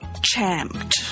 champed